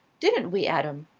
didn't we, adam?